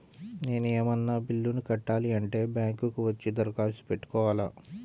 నేను ఏమన్నా బిల్లును కట్టాలి అంటే బ్యాంకు కు వచ్చి దరఖాస్తు పెట్టుకోవాలా?